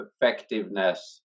effectiveness